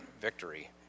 victory